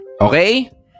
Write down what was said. Okay